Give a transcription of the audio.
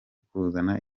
kuzana